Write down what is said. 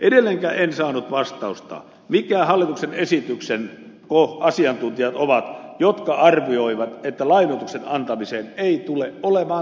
edelleenkään en saanut vastausta keitä ne hallituksen esityksen asiantuntijat ovat jotka arvioivat että lainoituksen antamiseen ei tule olemaan tarvetta